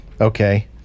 okay